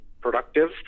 productive